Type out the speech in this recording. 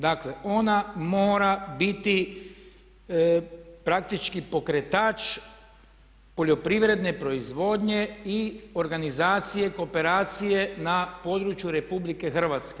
Dakle ona mora biti praktički pokretač poljoprivredne proizvodnje i organizacije kooperacije na području RH.